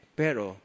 pero